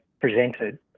presented